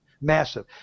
Massive